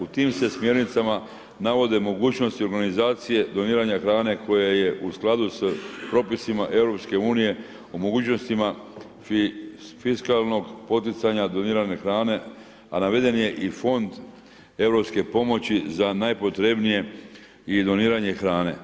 U tim se smjernicama navode mogućnosti organizacije doniranja hrane koja je u skladu s propisima EU o mogućnostima fiskalnog poticanja donirane hrane, a naveden je i fond europske pomoći za najpotrebnije i doniranje hrane.